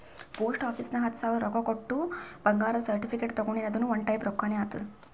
post office ನಾಗ್ ಹತ್ತ ಸಾವಿರ ರೊಕ್ಕಾ ಕೊಟ್ಟು ಬಂಗಾರದ ಸರ್ಟಿಫಿಕೇಟ್ ತಗೊಂಡಿನಿ ಅದುನು ಒಂದ್ ಟೈಪ್ ರೊಕ್ಕಾನೆ ಆತ್ತುದ್